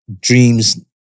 Dreams